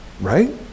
right